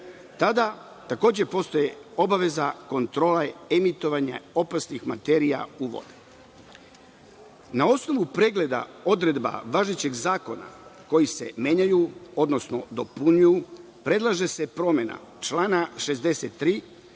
Tada, takođe, postoji obaveza kontrole emitovanja opasnih materija u vodi. Na osnovu pregleda odredaba važećeg zakona koji se menjaju, odnosno dopunjuju, predlaže se promena člana 63.